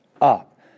up